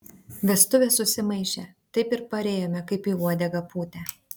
vestuvės susimaišė taip ir parėjome kaip į uodegą pūtę